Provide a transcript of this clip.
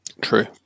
True